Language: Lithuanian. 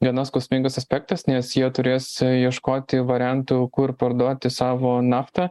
gana skausmingas aspektas nes jie turės ieškoti variantų kur parduoti savo naftą